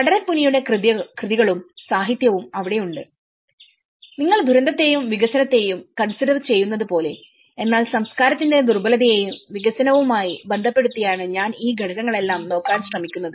Frederick കുനിയുടെ കൃതികളും സാഹിത്യവും അവിടെ ഉണ്ട് നിങ്ങൾ ദുരന്തത്തെയും വികസനത്തെയും കൺസിഡർ ചെയ്യുന്നത് പോലെ എന്നാൽ സംസ്കാരത്തിന്റെ ദുർബലതയെയും വികസനവുമാവുമായി ബന്ധപ്പെടുത്തിയാണ് ഞാൻ ഈ ഘടകങ്ങളെല്ലാം നോക്കാൻ ശ്രമിക്കുന്നത്